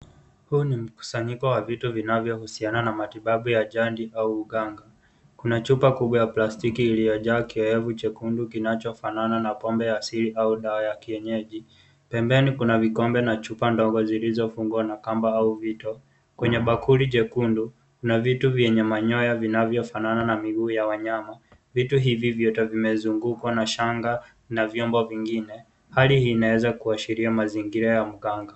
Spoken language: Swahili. Huu ni mkusanyiko wa vitu vinavyohusiana na matibabu ya jadi au uganga . Kuna chupa kubwa ya plastiki iliyojaa kioevu chekundu kinachofanana na pombe ya asili au dawa ya kienyeji . Pembeni kuna vikombe na chupa ndogo zilizofungwa na kamba au vito . Kwenye bakuli jekundu kuna vitu vyenye manyoya vinavyofanana na miguu ya wanyama. Vitu hivi vyote vimezungukwa na shanga na vyombo vingine . Hali hii inaweza kuashiria mazingira ya mganga.